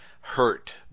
hurt